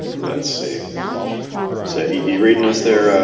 let's see say you reading us there